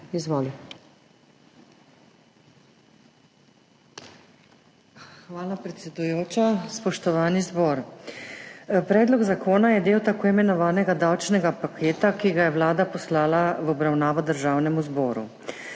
Hvala, predsedujoča. Spoštovani zbor! Predlog zakona je del tako imenovanega davčnega paketa, ki ga je Vlada poslala v obravnavo Državnemu zboru.